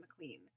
McLean